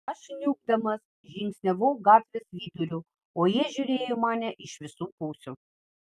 aš kniubdamas žingsniavau gatvės viduriu o jie žiūrėjo į mane iš visų pusių